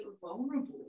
vulnerable